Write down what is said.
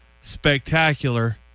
Spectacular